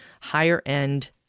higher-end